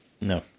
No